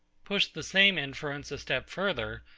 push the same inference a step further,